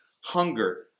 hunger